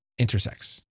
intersex